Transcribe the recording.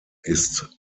ist